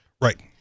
Right